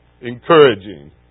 Encouraging